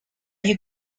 you